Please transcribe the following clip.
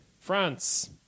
France